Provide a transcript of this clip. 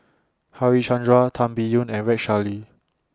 Harichandra Tan Biyun and Rex Shelley